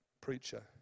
preacher